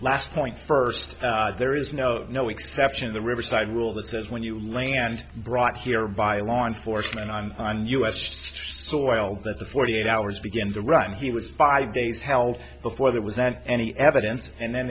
last point first there is no of no exception the riverside rule that says when you land brought here by law enforcement on u s soil that the forty eight hours begin to run he was five days held before there was that any evidence and then